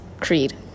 creed